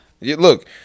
Look